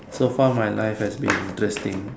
so far my life has been interesting